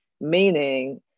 Meaning